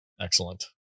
Excellent